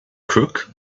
crook